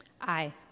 Aye